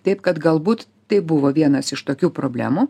taip kad galbūt tai buvo vienas iš tokių problemų